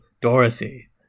Dorothy